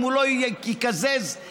אם הוא לא יקזז עמלות,